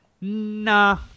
Nah